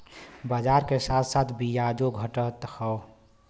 बाजार के साथ साथ बियाजो घटत हौ